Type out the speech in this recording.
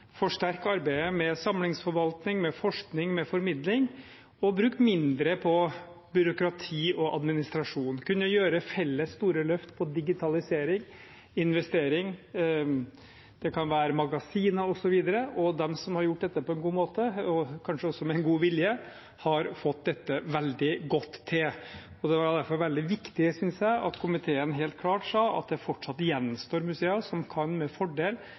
forsterke arbeidet med samlingsforvaltning, forskning og formidling og bruke mindre på byråkrati og administrasjon, kunne gjøre felles store løft på digitalisering, investering, magasiner osv. De som har gjort dette på en god måte – og kanskje også med en god vilje – har fått det veldig godt til. Det var derfor veldig viktig, synes jeg, at komiteen helt klart sa at det fortsatt gjenstår museer som med fordel